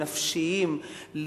נפשיים,